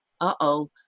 uh-oh